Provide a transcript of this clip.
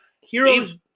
heroes